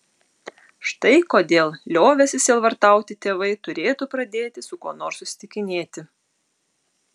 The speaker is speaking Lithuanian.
štai kodėl liovęsi sielvartauti tėvai turėtų pradėti su kuo nors susitikinėti